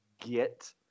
get